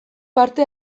parte